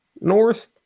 north